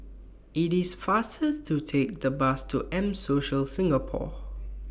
IT IS faster to Take The Bus to M Social Singapore